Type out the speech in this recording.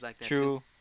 True